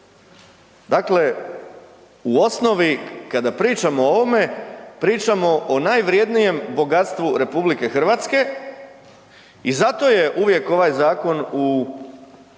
Dakle, u osnovi, kada pričamo o ovome pričamo o najvrjednijem bogatstvu RH i zato je uvijek ovaj zakon u